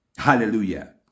hallelujah